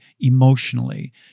emotionally